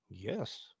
Yes